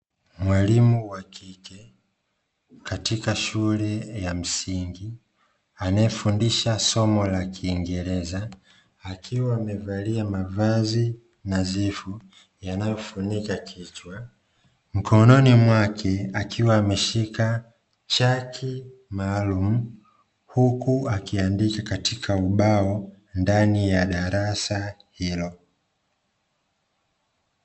Mwalimu wa kike, katika shule ya msingi, anayefundisha somo la kiingereza, akiwa mamevalia mavazi nadhifu yanayofunika kichwa. Mkononi mwake akiwa ameshika chaki maalumu, huku akiandika katika ubao ndani ya darasa hilo.